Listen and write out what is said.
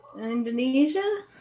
Indonesia